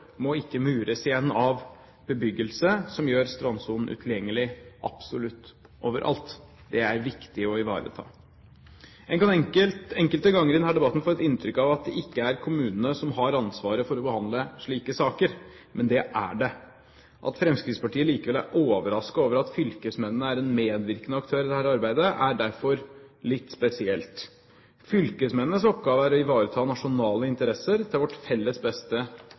må ikke mures igjen av bebyggelse som gjør strandsonen utilgjengelig absolutt overalt. Det er viktig å ivareta. En kan enkelte ganger i denne debatten få et inntrykk av at det ikke er kommunene som har ansvaret for å behandle slike saker, men det er det. At Fremskrittspartiet likevel er overrasket over at fylkesmennene er en medvirkende aktør i dette arbeidet, er derfor litt spesielt. Fylkesmennenes oppgave er å ivareta nasjonale interesser til vårt felles beste